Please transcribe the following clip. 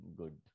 good